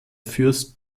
fürst